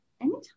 anytime